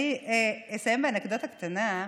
אני אסיים באנקדוטה קטנה.